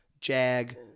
Jag